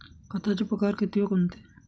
खताचे प्रकार किती व कोणते?